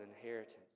inheritance